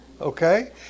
Okay